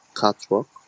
Catwalk